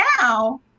now